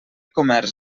comerç